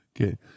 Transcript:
okay